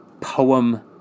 poem